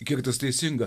kiek tas teisinga